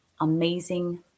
amazing